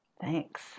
Thanks